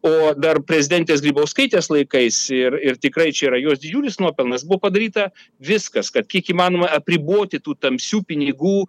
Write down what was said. o dar prezidentės grybauskaitės laikais ir ir tikrai čia yra jos didžiulis nuopelnas buvo padaryta viskas kad kiek įmanoma apriboti tų tamsių pinigų